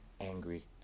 angry